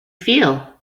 feel